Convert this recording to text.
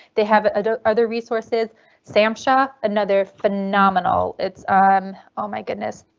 they have other resources samsa another phenomenal. it's um oh my goodness.